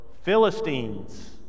Philistines